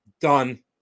Done